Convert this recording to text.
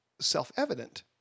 self-evident